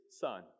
Son